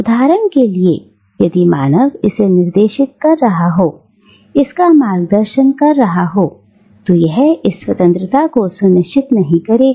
उदाहरण के लिए यदि मान इसे निर्देशित कर रहा हो इसका मार्गदर्शन कर रहा हो तो यह इस स्वतंत्रता को सुनिश्चित नहीं करेगा